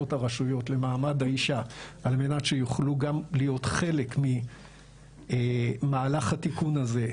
למעמד האישה על מנת שיוכלו גם להיות חלק מהלך התיקון הזה,